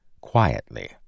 quietly